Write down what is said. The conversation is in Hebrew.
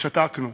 ושתקנו,